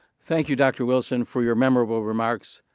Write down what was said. thank you, dr. wilson, for your memorable remarks.